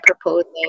proposing